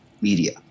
media